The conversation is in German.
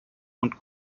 und